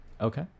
Okay